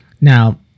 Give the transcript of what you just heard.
Now